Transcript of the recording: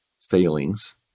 failings